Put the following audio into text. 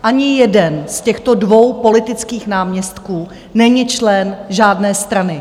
Ani jeden z těchto dvou politických náměstků není člen žádné strany.